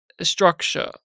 structure